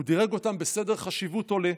הוא דירג אותן בסדר חשיבות עולה,